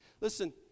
Listen